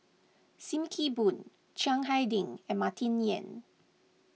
Sim Kee Boon Chiang Hai Ding and Martin Yan